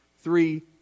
Three